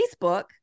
Facebook